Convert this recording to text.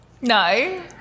No